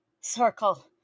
circle